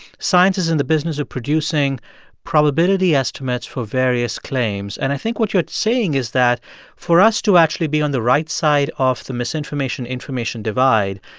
science is in the business of producing probability estimates for various claims, and i think what you're saying is that for us to actually be on the right side of the misinformation information divide,